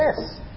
yes